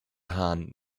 hahn